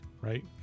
right